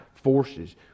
forces